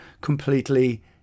completely